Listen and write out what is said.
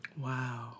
Wow